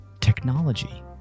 technology